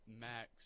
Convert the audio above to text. Max